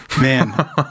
Man